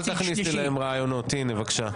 אל תכניסי להם רעיונות, הנה בבקשה.